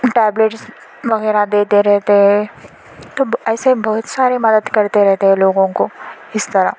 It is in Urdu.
ٹیبلٹس وغیرہ دیتے رہتے ہے تو ایسے بہت سارے مدد کرتے رہتے ہیں لوگوں کو اس طرح